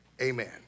Amen